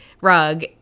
rug